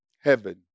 Heaven